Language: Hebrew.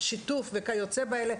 שיתוף וכיוצא באלה,